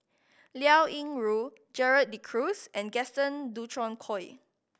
Liao Yingru Gerald De Cruz and Gaston Dutronquoy